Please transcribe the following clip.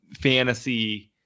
fantasy